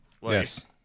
yes